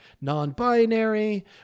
non-binary